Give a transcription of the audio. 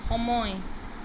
সময়